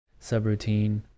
subroutine